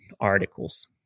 articles